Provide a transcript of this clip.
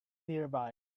nearby